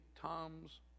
Tom's